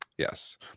Yes